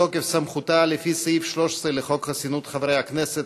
בתוקף סמכותה לפי סעיף 13 לחוק חסינות חברי הכנסת,